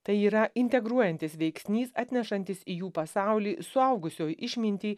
tai yra integruojantis veiksnys atnešantis į jų pasaulį suaugusio išmintį